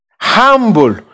humble